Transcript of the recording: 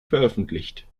veröffentlicht